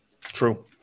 True